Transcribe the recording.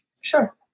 Sure